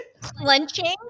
clenching